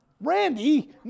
Randy